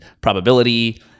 probability